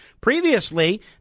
previously